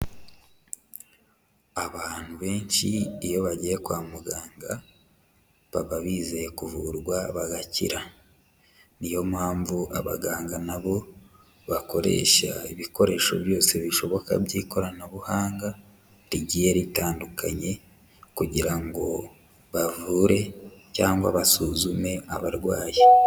Abantu benshi iyo bagiye kwa muganga baba bizeye kuvurwa bagakira, ni yo mpamvu abaganga na bo bakoresha ibikoresho byose bishoboka by'ikoranabuhanga rigiye ritandukanye kugira ngo bavure cyangwa basuzume abarwayi.